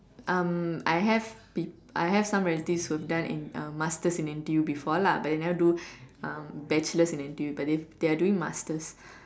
uh I have peep I have some relatives who have done in uh masters in N_T_U before lah but they never do um bachelors in N_T_U but they're doing masters